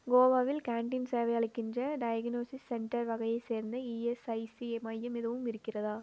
கோவாவில் கேண்டீன் சேவை அளிக்கின்ற டையகனோஸிஸ் சென்டர் வகையை சேர்ந்த இஎஸ்ஐசி மையம் எதுவும் இருக்கிறதா